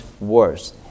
worse